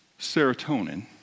serotonin